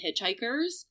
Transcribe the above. hitchhikers